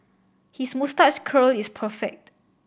his moustache curl is perfect